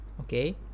okay